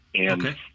Okay